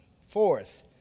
Fourth